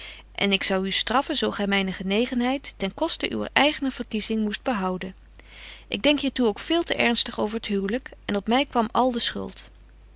en ik zou u straffen zo gy myne genegenheid ten koste uwer eigene verkiezing moest behouden ik denk hier toe ook veel te ernstig over het huwlyk en op my kwam al de schuld